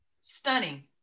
Stunning